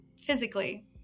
physically